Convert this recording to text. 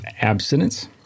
abstinence